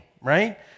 right